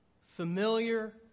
familiar